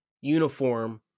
uniform